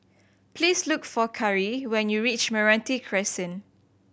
please look for Kari when you reach Meranti Crescent